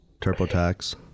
TurboTax